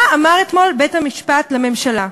מה אמר אתמול בית-המשפט לממשלה?